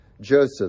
Joseph